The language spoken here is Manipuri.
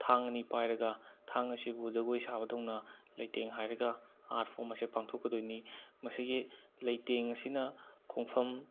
ꯊꯥꯡ ꯑꯅꯤ ꯄꯥꯏꯔꯒ ꯊꯥꯡ ꯑꯁꯤꯕꯨ ꯖꯒꯣꯏ ꯁꯥꯕꯗꯧꯅ ꯂꯩꯇꯦꯡ ꯍꯥꯏꯔꯒ ꯑꯥꯔꯠꯐꯣꯝ ꯑꯁꯦ ꯄꯥꯡꯊꯣꯛꯀꯗꯣꯏꯅꯤ ꯃꯁꯤꯒꯤ ꯂꯩꯇꯦꯡ ꯑꯁꯤꯅ ꯈꯣꯡꯐꯝ